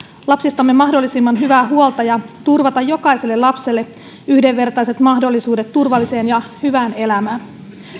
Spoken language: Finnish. lapsistamme mahdollisimman hyvää huolta ja turvata jokaiselle lapselle yhdenvertaiset mahdollisuudet turvalliseen ja hyvään elämään